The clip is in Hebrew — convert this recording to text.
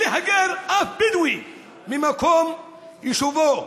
אף בדואי לא יהגר ממקום יישובו,